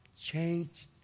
Changed